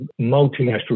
multinational